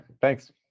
thanks